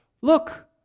look